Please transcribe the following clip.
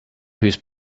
whose